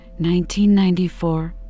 1994